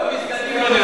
גם מסגדים לא נהרסים.